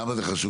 למה זה חשוב,